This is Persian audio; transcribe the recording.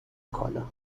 کالا